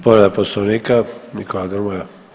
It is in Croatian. Povreda Poslovnika Nikola Grmoja.